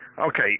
Okay